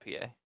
pa